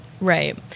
Right